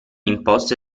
imposte